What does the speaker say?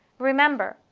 remember,